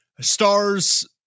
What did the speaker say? stars